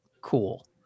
cool